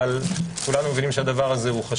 אבל כולנו מבינים שזה דבר חשוב.